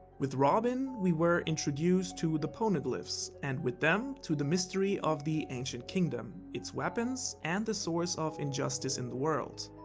with robin, we were introduced to the poneglyphs and with them to the mystery of the ancient kingdom, it's weapons and the source of injustice in the world.